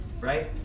right